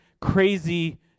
crazy